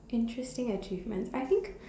interesting achievement I think